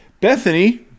Bethany